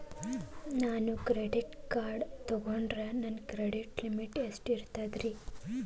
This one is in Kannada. ನಾನು ಕ್ರೆಡಿಟ್ ಕಾರ್ಡ್ ತೊಗೊಂಡ್ರ ನನ್ನ ಕ್ರೆಡಿಟ್ ಲಿಮಿಟ್ ಎಷ್ಟ ಇರ್ತದ್ರಿ?